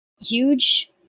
huge